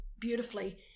beautifully